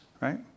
right